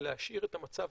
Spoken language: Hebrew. להשאיר את המצב